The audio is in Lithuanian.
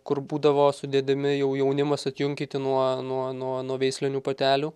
kur būdavo sudedami jau jaunimas atjunkyti nuo nuo nuo nuo veislinių patelių